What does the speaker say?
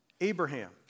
Abraham